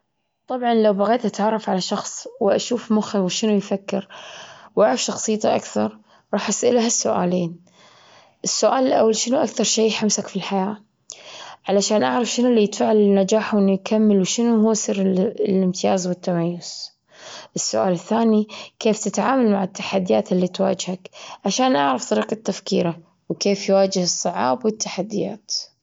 طبعًا لو بغيت أتعرف على شخص وأشوف مخه وشنو يفكر وأعرف شخصيته أكثر، راح أسأله هالسؤالين، السؤال الأول شنو أكثر شيء يحمسك في الحياة؟ علشان أعرف شنو إللي يدفعه النجاح وإنه يكمل؟ وشنو هو سر ال- الامتياز والتميز؟ السؤال الثاني، كيف تتعامل مع التحديات إللي تواجهك عشان أعرف طريقة تفكيره؟ وكيف يواجه الصعاب والتحديات؟